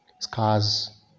scars